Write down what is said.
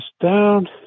down